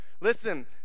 Listen